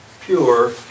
pure